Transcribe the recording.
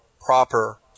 proper